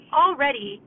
already